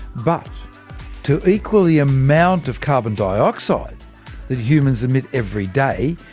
but to equal the amount of carbon dioxide that humans emit every day,